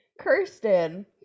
Kirsten